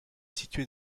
situé